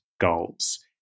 goals